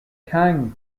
kang